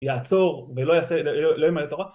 יעצור ולא יעשה, לא ילמד תורה